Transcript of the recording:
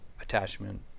attachment